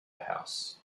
house